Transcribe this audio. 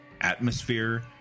Atmosphere